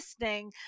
listening